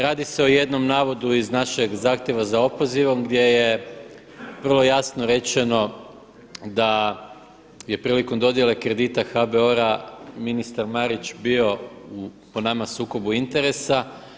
Radi se o jednom navodu iz našeg zahtjeva za opozivom gdje je vrlo jasno rečeno da je prilikom dodjele kredita HBOR- ministar Marić bio po nama u sukobu interesa.